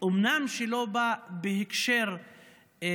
אומנם לא בא בהקשר של